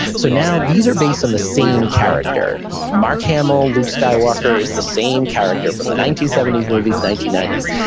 so now these are based on the same character. mark hamill. luke skywalker is the same character from the nineteen seventy movies, nineteen ninety s.